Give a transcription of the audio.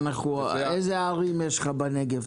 איזה ערים יש לך בנגב?